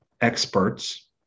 experts